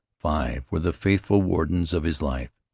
five were the faithful wardens of his life,